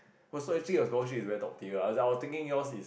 oh so actually your scholarship is very top tier ah as I was thinking yours is